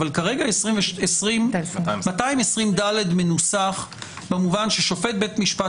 אבל כרגע 220ד מנוסח במובן ששופט בית משפט